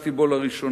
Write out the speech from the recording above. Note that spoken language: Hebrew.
פגשתי בו לראשונה.